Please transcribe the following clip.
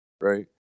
right